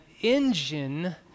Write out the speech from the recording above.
engine